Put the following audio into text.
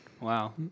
Wow